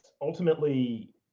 ultimately